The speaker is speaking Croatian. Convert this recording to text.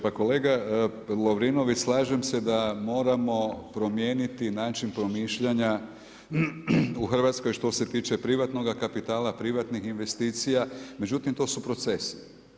Pa kolega Lovirnović, slažem se da moramo promijeniti način promišljanja u Hrvatskoj što se tiče privatnoga kapitala, privatnih investicija, međutim, to su procesi.